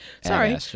sorry